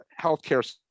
healthcare